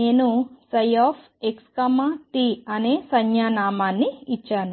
నేను ψxt అనే సంజ్ఞామానాన్ని ఇచ్చాను